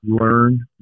learn